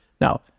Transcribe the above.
Now